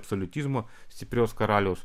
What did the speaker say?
absoliutizmo stiprios karaliaus